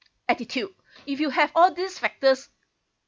attitude if you have all these factors